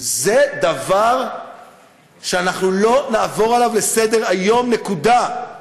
זה דבר שאנחנו לא נעבור עליו לסדר-היום, נקודה.